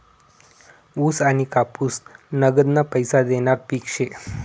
ऊस आनी कापूस नगदना पैसा देनारं पिक शे